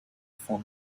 form